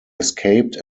escaped